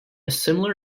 similar